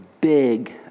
big